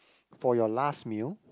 for your last meal